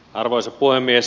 arvoisa puhemies